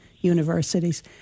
universities